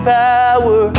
power